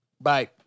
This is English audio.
Bye